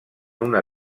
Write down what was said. una